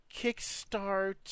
kickstart